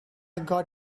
got